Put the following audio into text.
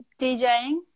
djing